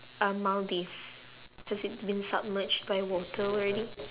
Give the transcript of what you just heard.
ah maldives has it been submerged by water already